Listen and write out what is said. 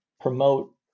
promote